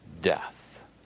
death